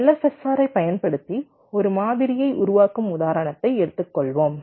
எனவே LFSR ஐ பயன்படுத்தி ஒரு மாதிரியை உருவாக்கும் உதாரணத்தை எடுத்துக்கொள்வோம்